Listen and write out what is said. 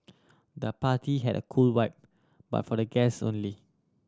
the party had a cool vibe but for the guest only